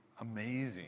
amazing